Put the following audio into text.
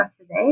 today